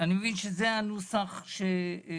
אני מבין שזה הנוסח שמוצע.